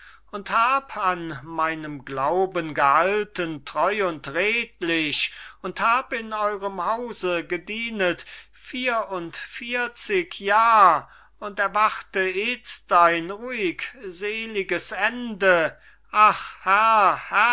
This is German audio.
und hab an meinem glauben gehalten treu und redlich und hab in eurem hause gedienet vier und vierzig jahr und erwarte itzt ein ruhig seeliges ende ach